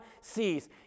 sees